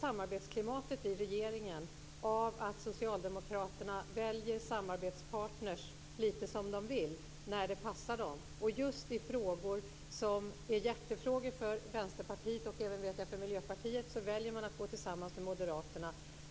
samarbetsklimatet i regeringen av att socialdemokraterna väljer samarbetspartner lite som de vill när det passar dem? Just i frågor som är hjärtefrågor för Vänsterpartiet och, vet jag, även för Miljöpartiet väljer man att gå tillsammans med moderaterna.